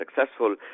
successful